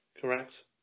correct